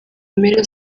mpera